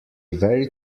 very